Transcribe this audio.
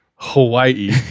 Hawaii